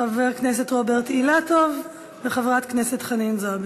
חבר הכנסת רוברט אילטוב וחברת הכנסת חנין זועבי.